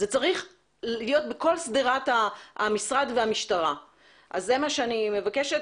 זה צריך להיות בכל שדירת המשרד והמשטרה אז זה מה שאני מבקשת.